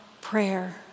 prayer